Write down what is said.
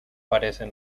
parecen